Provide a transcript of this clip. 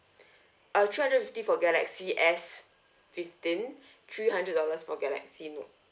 uh three hundred fifty for galaxy S fifteen three hundred dollars for galaxy note